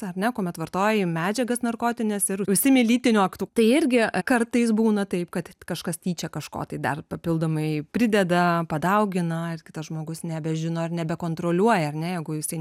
ar ne kuomet vartoji medžiagas narkotines ir užsiimi lytiniu aktu tai irgi kartais būna taip kad kažkas tyčia kažko tai dar papildomai prideda padaugina ir kitas žmogus nebežino ir nebekontroliuoja ar ne jeigu jisai